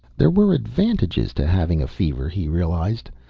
there were advantages to having a fever, he realized.